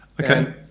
Okay